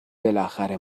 بالاخره